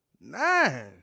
Nine